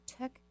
took